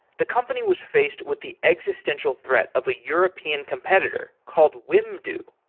the company was faced with the existential threat of a european competitor called wimdu.